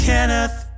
Kenneth